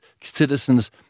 citizens